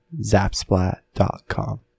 zapsplat.com